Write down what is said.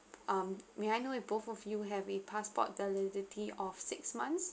um may I know if both of you have a passport validity of six months